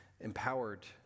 empowered